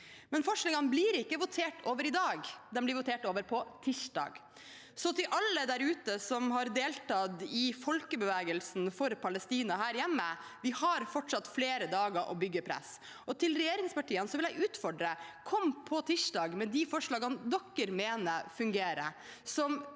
forslagene blir ikke votert over i dag, de blir votert over på tirsdag, så til alle der ute som har deltatt i folkebevegelsen for Palesti na her hjemme: Vi har fortsatt flere dager på å bygge press. Jeg har også en utfordring til regjeringspartiene: Kom på tirsdag med de forslagene dere mener fungerer,